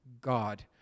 God